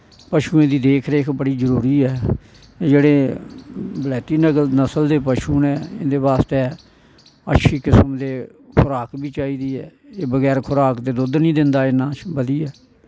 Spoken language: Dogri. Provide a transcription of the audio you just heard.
पशुएं दी देखरेख बड़ी जरूरी ऐ जेह्ड़े बलैती नस्ल दे पशु नै इंदे वास्ते अच्छी किस्म दे खराक बी चाइदी ऐ बगैर खराक दे दुध निं दिंदा एह